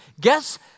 Guess